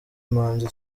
manzi